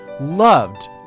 loved